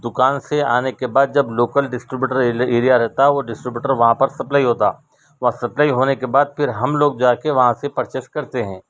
دکان سے آنے کے بعد جب لوکل ڈسٹری بیوٹر ایریا رہتا ہے وہ ڈسٹری بیوٹر وہاں پر سپلائی ہوتا وہاں سپلائی ہونے کے بعد پھر ہم لوگ جا کے وہاں سے پرچیز کرتے ہیں